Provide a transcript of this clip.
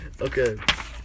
Okay